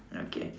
okay